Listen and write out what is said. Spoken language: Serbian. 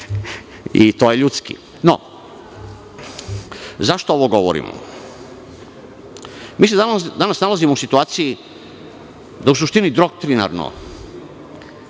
I to je ljudski.Zašto ovo govorimo? Danas se nalazimo u situaciji da u suštini doktrinirano